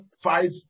five